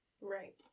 Right